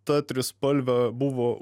ta trispalve buvo